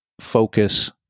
focus